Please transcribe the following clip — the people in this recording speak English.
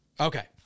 Okay